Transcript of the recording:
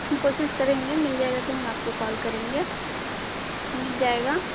हम कोशिश करेंगे मिल जायेगा तो हम आपको कॉल करेंगे मिल जायेगा